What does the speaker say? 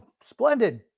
splendid